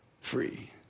free